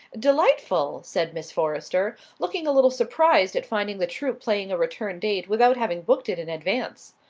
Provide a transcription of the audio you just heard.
delightful, said miss forrester, looking a little surprised at finding the troupe playing a return date without having booked it in advance.